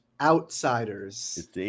outsiders